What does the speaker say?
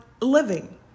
living